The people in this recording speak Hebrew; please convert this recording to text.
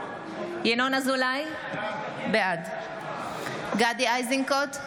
בעד גדי איזנקוט,